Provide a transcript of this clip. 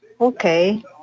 Okay